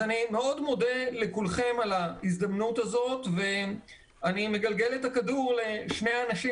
אני מודה לכולכם על ההזדמנות הזאת ואני מגלגל את הכדור לשני אנשים